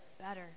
better